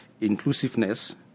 inclusiveness